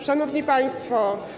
Szanowni Państwo!